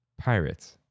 Pirates